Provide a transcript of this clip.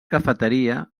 cafeteria